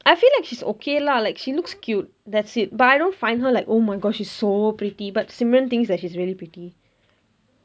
I feel like she's okay lah like she looks cute that's it but I don't find her like oh my god she's so pretty but simran thinks that she's really pretty